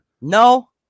No